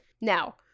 Now